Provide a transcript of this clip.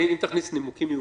אם תכניס נימוקים מיוחדים,